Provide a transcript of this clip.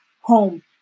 home